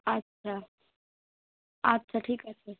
আচ্ছা আচ্ছা ঠিক আছে